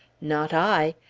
not i!